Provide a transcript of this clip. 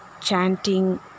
chanting